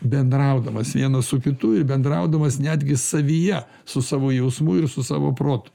bendraudamas vienas su kitu ir bendraudamas netgi savyje su savo jausmu ir su savo protu